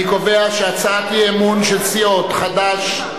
אני קובע שהצעת האי-אמון של סיעות חד"ש,